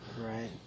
Right